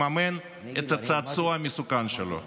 לממן את הצעצוע המסוכן שלו.